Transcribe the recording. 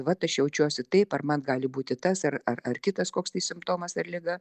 vat aš jaučiuosi taip ar man gali būti tas ir ar ar kitas koks tai simptomas ar liga